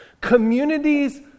Communities